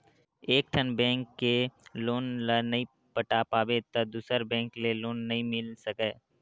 एकठन बेंक के लोन ल नइ पटा पाबे त दूसर बेंक ले लोन नइ मिल सकय